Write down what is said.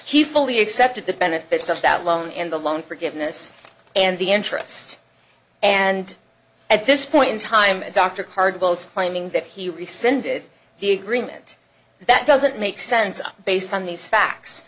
do he fully accepted the benefits of that loan and the loan forgiveness and the interest and at this point in time and dr card both claiming that he rescinded the agreement that doesn't make sense based on these facts